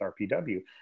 rpw